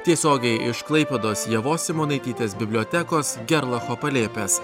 tiesiogiai iš klaipėdos ievos simonaitytės bibliotekos gerlafo palėpės